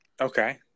Okay